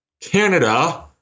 Canada